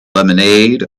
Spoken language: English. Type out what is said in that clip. lemonade